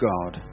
God